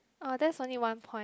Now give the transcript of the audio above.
oh that's only one point